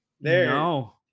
no